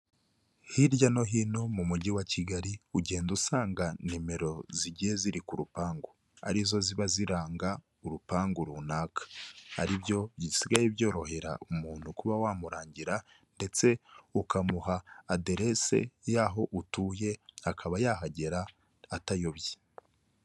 Hirya no hino mu mujyi wa kigali ugenda usanga nimero zigiye ziri ku rupangu, ari zo ziba ziranga urupangu runaka, ari byo bisigaye byorohera umuntu kuba wamurangira ndetse ukamuha aderese y'aho utuye akaba yahagera atayobye.